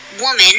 woman